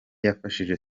yafashije